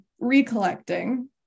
recollecting